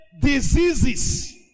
diseases